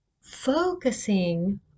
focusing